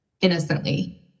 innocently